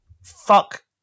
fuck